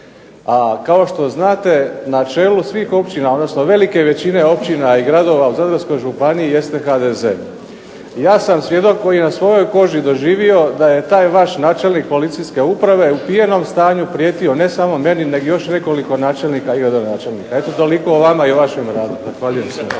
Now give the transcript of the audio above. a kao što znate na čelu svih općina odnosno velike većine općina i gradova u Zadarskoj županiji jeste HDZ. Ja sam svjedok koji je na svojoj koži doživio da je taj vaš načelnik policijske uprave u pijanom stanju prijetio ne samo meni nego još nekoliko načelnika i gradonačelnika. Eto toliko o vama i o vašem radu. Zahvaljujem.